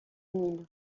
nil